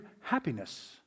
happiness